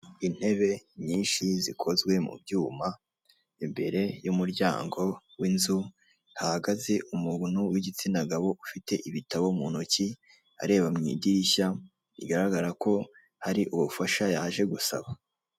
Intebe nyinshi zikozwe mu byuma, imbere y'umuryango w'inzu hahagaze umuntu w'igitsina gabo ufite ibitabo mu ntoki areba mu idirishya bigaragara ko hari ubufasha yaje gusaba.